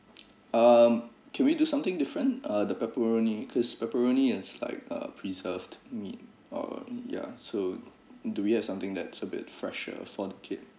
um can we do something different uh the pepperoni cause pepperoni is like a preserved meat or ya so do we have something that's a bit fresher for the kid